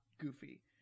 goofy